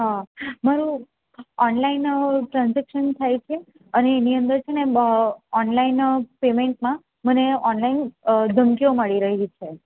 હા મારે online transaction થાય છે અને એની અંદર છે ને ઓનલાઈન પેમેન્ટમાં મને ઓનલાઇન ઓનલાઇન ધમકીઓ મળી રહી છે